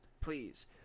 Please